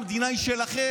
כי המדינה היא שלכם.